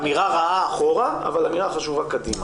אמירה רעה אחורה, אבל אמירה חשובה קדימה.